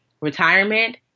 retirement